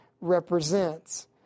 represents